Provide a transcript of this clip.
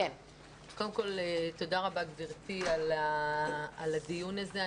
קודם כל תודה רבה גבירתי על הדיון הזה.